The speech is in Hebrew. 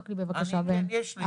יש לי את זה.